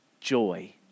joy